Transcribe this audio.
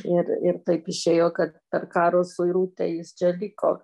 ir ir taip išėjo kad per karo suirutę jis čia liko